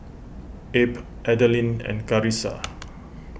Abe Adalyn and Carissa